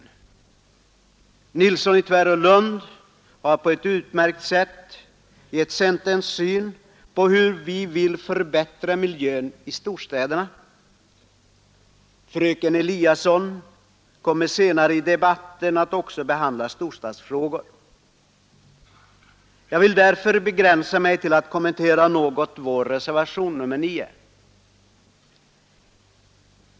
Herr Nilsson i Tvärålund har på ett utmärkt sätt redovisat hur vi i centern vill förbättra miljön i storstäderna. Fröken Eliasson kommer senare i debatten också att behandla storstadsfrågor. Jag vill därför begränsa mig till att något kommentera vår reservation nr 9.